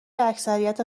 اکثریت